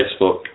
Facebook